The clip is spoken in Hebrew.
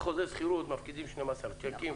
בחוזה שכירות מפקידים 12 שיקים,